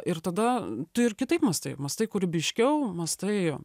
ir tada tu ir kitaip mąstai mąstai kūrybiškiau mąstai